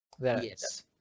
Yes